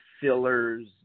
fillers